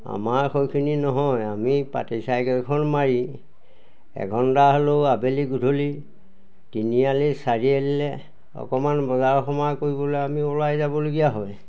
আমাৰ সেইখিনি নহয় আমি পাতি চাইকেলখন মাৰি এঘণ্টা হ'লেও আবেলি গধূলি তিনিআলি চাৰিআলিলৈ অকণমান বজাৰ সমাৰ কৰিবলৈ আমি ওলাই যাবলগীয়া হয়